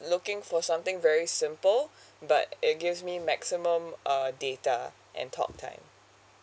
looking for something very simple but it gives me maximum uh data and talk time